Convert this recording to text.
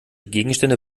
gegenstände